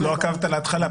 את לא עקבת בהתחלה,